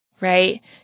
right